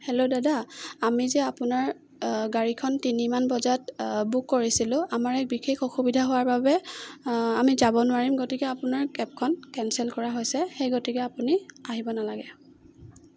hello দাদা আমি যে আপোনাৰ গাড়ীখন তিনিমান বজাত বুক কৰিছিলোঁ আমাৰ এক বিশেষ অসুবিধা হোৱাৰ বাবে আমি যাব নোৱাৰিম গতিকে আপোনাৰ কেবখন কেনচেল কৰা হৈছে সেই গতিকে আপুনি আহিব নালাগে